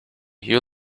you